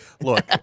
look